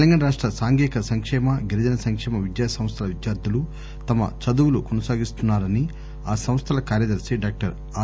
తెలంగాణ రాష్ట సాంఘిక సంకేమ గిరిజన సంకేమ విద్యా సంస్థల విద్యార్థులు తమ చదువులు కొనసాగిస్తున్నారని ఆ సంస్థల కార్యదర్శి డాక్టర్ ఆర్